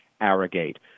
Arrogate